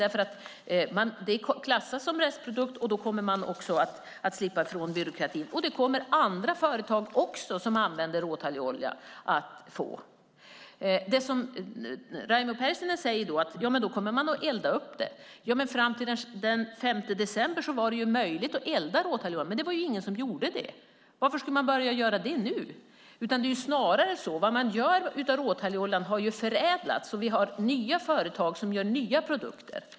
Det klassas som restprodukt, och då kommer man att slippa ifrån byråkratin, liksom andra företag som använder råtallolja också kommer att göra. Raimo Pärssinen säger att man då kommer att elda upp den. Fram till den 5 december var det möjligt att elda råtallolja, men ingen gjorde det. Varför skulle man börja göra det nu? Det är snarare så att vad man gör av råtalloljan har förädlats, och det finns nya företag som gör nya produkter.